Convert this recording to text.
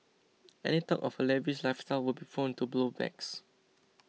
any talk of her lavish lifestyle would be prone to blow backs